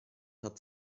hat